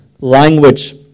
language